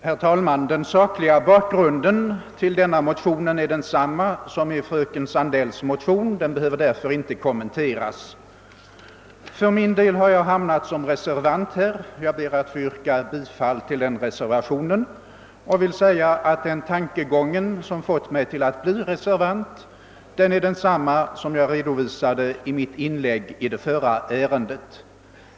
Herr talman! Den sakliga bakgrunden till denna motion är densamma som till fröken Sandells motion. Den behöver därför inte kommenteras. För min del har jag hamnat som reservant, och jag ber att få yrka bifall till reservationen. Jag vill säga att den tankegång som fått mig att bli reservant är densamma som jag redovisade i mitt inlägg i det förra ärendet.